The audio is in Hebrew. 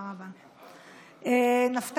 אורית